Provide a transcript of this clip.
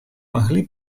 могли